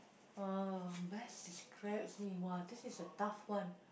oh best describes me !wah! this is a tough one